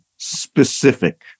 specific